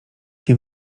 nie